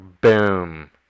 Boom